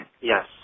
Yes